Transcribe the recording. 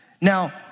Now